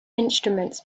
instruments